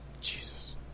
Jesus